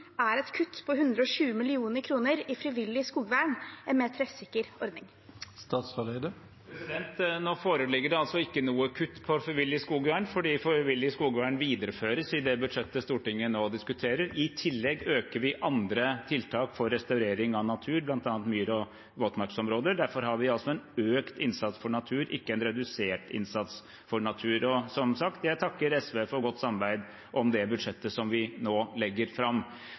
er mitt spørsmål til statsråden: Er et kutt på 120 mill. kr i frivillig skogvern en mer treffsikker ordning? Nå foreligger det ikke noe kutt i frivillig skogvern, for frivillig skogvern videreføres i det budsjettet Stortinget nå diskuterer. I tillegg øker vi andre tiltak for restaurering av natur, bl.a. myr og våtmarksområder. Derfor har vi en økt innsats for natur, ikke en redusert innsats for natur. Som sagt takker jeg SV for godt samarbeid om det budsjettet som vi nå legger fram.